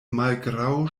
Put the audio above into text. malgraŭ